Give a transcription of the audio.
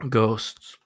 Ghosts